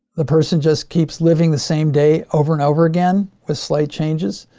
the person just keeps living the same day over and over again with slight changes.